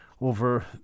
Over